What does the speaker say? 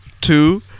two